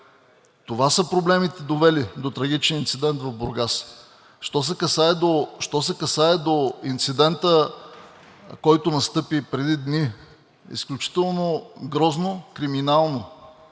това са проблемите, довели до трагичния инцидент в Бургас. Що се касае до инцидента, който настъпи преди дни, това е изключително грозно криминално